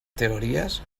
teories